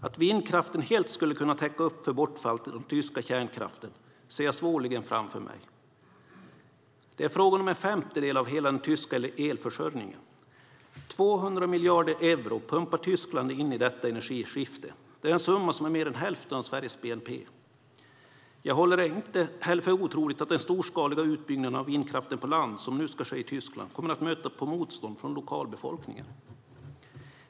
Att vindkraften helt skulle kunna täcka bortfallet av den tyska kärnkraften ser jag svårligen framför mig. Det är fråga om en femtedel av hela den tyska elförsörjningen. 200 miljarder euro pumpar Tyskland in i detta energiskifte. Det är en summa som är mer än hälften av Sveriges bnp. Jag håller det inte heller för otroligt att den storskaliga utbyggnad av vindkraften på land som nu ska ske i Tyskland kommer att möta motstånd från lokalbefolkningen.